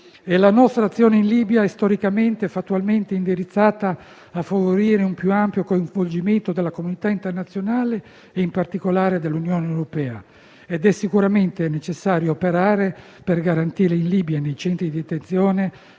La nostra azione in Libia è storicamente e fattualmente indirizzata a favorire un più ampio coinvolgimento della comunità internazionale e, in particolare, dell'Unione europea. Ed è sicuramente necessario operare per garantire in Libia e nei centri di detenzione